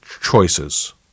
choices